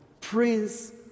prince